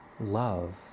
love